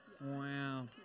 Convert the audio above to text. Wow